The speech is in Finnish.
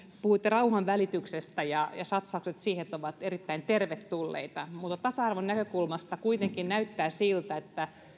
puhuitte rauhanvälityksestä satsaukset siihen ovat erittäin tervetulleita mutta tasa arvon näkökulmasta kuitenkin näyttää siltä